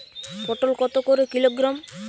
পটল কত করে কিলোগ্রাম?